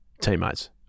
teammates